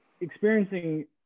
experiencing